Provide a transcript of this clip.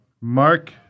Mark